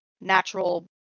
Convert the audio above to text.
natural